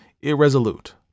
irresolute